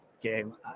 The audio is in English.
game